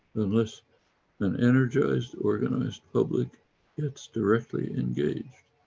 unless an energised organised public gets directly engaged.